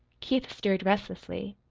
keith stirred restlessly.